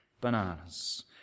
bananas